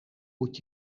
moet